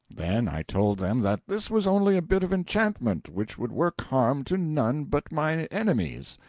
then i told them that this was only a bit of enchantment which would work harm to none but my enemies.